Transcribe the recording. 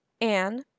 Anne